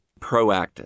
proactive